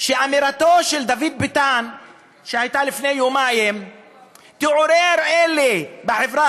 שאמירתו של דוד ביטן לפני יומיים תעורר את אלה בחברה